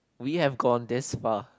we have gone this part